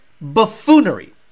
buffoonery